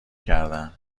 کردن